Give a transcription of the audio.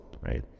right